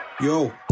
Yo